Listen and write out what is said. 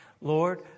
Lord